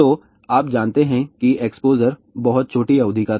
तो आप जानते हैं कि एक्सपोज़र बहुत छोटी अवधि का था